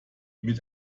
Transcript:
mit